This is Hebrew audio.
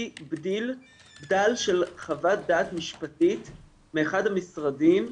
בדל של חוות דעת משפטית מאחד המשרדים.